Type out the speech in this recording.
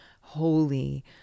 holy